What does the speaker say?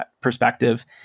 perspective